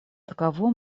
таково